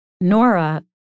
Nora